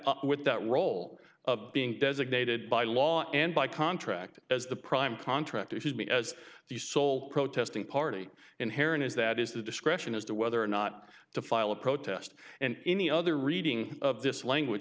up with that role of being designated by law and by contract as the prime contractor should be as the sole protesting party inherent is that is the discretion as to whether or not to file a protest and any other reading of this language